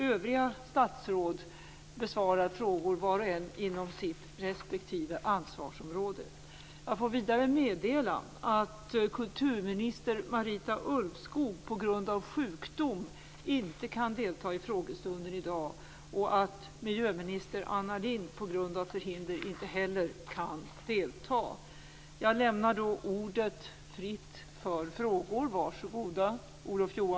Övriga statsråd besvarar frågor var och en inom sitt respektive ansvarsområde. Jag får vidare meddela att kulturminister Marita Ulvskog på grund av sjukdom inte kan delta i frågestunden i dag och att miljöminister Anna Lindh på grund av förhinder inte heller kan delta.